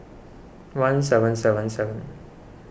one seven seven seven